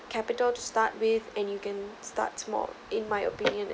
capital to start with and you can start small in my opinion and